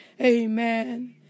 amen